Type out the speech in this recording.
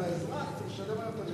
אז האזרח צריך לשלם היום את המחיר?